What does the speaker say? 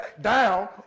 down